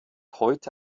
heute